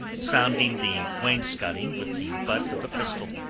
sounding the wainscoting with the butt of a pistol.